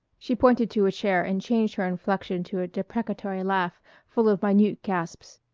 she pointed to a chair and changed her inflection to a deprecatory laugh full of minute gasps.